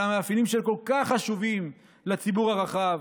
על המאפיינים שהם כל כך חשובים לציבור הרחב,